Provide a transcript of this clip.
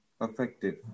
effective